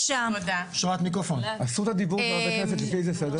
זכות הדיבור של חברי הכנסת, לפי איזה סדר?